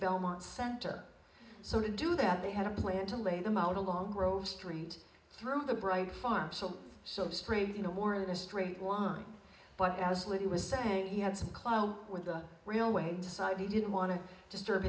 belmont center so to do that they had a plan to lay them out along grove street through the bright farm so so strange you know more in a straight line but as libby was saying he had some clout with the railway decided he didn't want to disturb